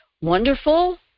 wonderful